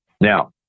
Now